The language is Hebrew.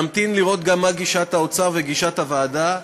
נמתין לראות גם מה גישת האוצר ומה גישת הוועדה.